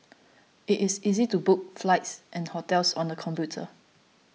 it is easy to book flights and hotels on the computer